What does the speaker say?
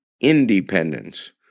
independence